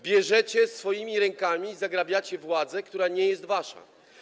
Bierzecie i swoimi rękami zagrabiacie władzę, która nie jest wasza.